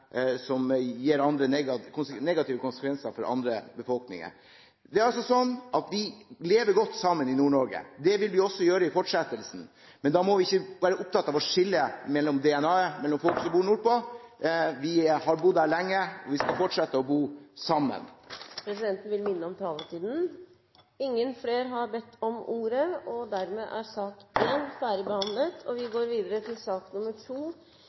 som ikke særbehandler og gir negative konsekvenser for andre befolkninger. Det er altså sånn at vi lever godt sammen i Nord-Norge. Det vil vi også gjøre i fortsettelsen. Men da må vi ikke være opptatt av å skille mellom DNA-et til folk som bor nordpå. Vi har bodd der lenge, og vi skal fortsette å bo der sammen. Presidenten vil minne om taletiden. Flere har ikke bedt om ordet til sak